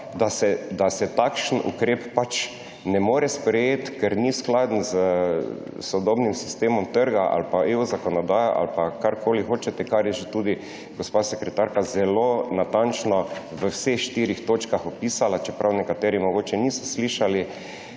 da se takšen ukrep ne more sprejeti, ker ni skladen s sodobnim sistemom trga, zakonodajo EU ali pa karkoli hočete, kar je že tudi gospa sekretarka zelo natančno v vseh štirih točkah opisala, čeprav nekateri mogoče niso slišali.